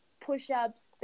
push-ups